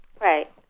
Right